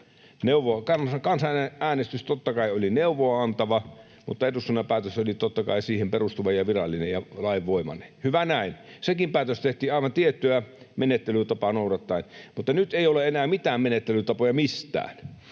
Kansanäänestys totta kai oli neuvoa-antava, mutta eduskunnan päätös oli totta kai siihen perustuva ja virallinen ja lainvoimainen. Hyvä näin, sekin päätös tehtiin aivan tiettyä menettelytapaa noudattaen. Mutta nyt ei ole enää mitään menettelytapoja mistään.